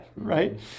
right